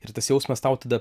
ir tas jausmas tau tada